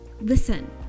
listen